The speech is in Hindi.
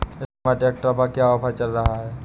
इस समय ट्रैक्टर पर क्या ऑफर चल रहा है?